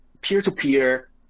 peer-to-peer